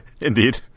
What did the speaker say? Indeed